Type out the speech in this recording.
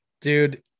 dude